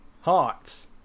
Hearts